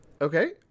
Okay